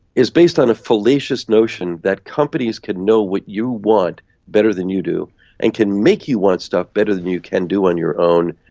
is based on a fallacious notion that companies can know what you want better than you do and can make you want stuff better than you can do on your own,